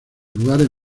lugares